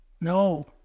No